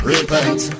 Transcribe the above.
Repent